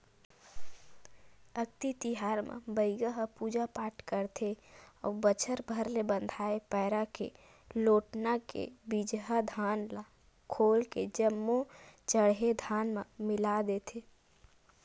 अक्ती तिहार म बइगा ह पूजा पाठ करथे अउ बछर भर ले बंधाए पैरा के लोटना के बिजहा धान ल खोल के जम्मो चड़हे धान म मिला देथे